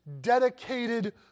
dedicated